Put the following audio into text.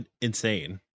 insane